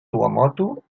tuamotu